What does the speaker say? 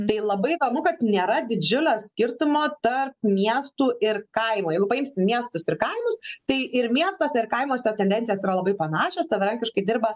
tai labai ramu kad nėra didžiulio skirtumo tarp miestų ir kaimo jeigu paimsim miestus ir kaimus tai ir miestuose ir kaimuose tendencijos yra labai panašios savarankiškai dirba